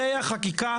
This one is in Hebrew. אבל יש כאן חשיפה,